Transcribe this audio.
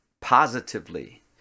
positively